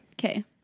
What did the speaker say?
okay